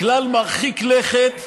כלל מרחיק לכת,